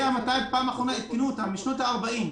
שפעם אחרונה שעדכנו אותם היה בשנות ה-40,